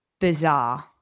bizarre